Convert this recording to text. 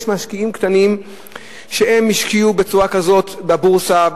יש משקיעים קטנים שהשקיעו בצורה כזאת בבורסה.